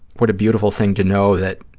what a beautiful thing to know, that